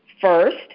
First